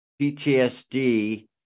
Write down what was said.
PTSD